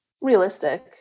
Realistic